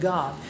God